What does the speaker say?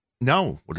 No